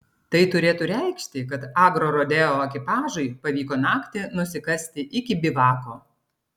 tai turėtų reikšti kad agrorodeo ekipažui pavyko naktį nusikasti iki bivako